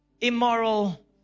immoral